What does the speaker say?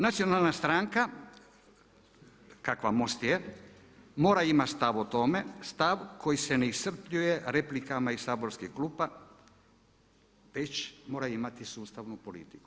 Nacionalna stranka kakva MOST je mora imati stav o tome, stav koji se ne iscrpljuje replikama iz saborskih klupa već mora imati sustavnu politiku.